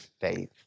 faith